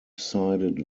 sided